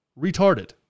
retarded